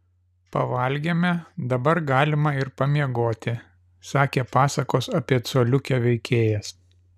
pavalgėme dabar galima ir pamiegoti sakė pasakos apie coliukę veikėjas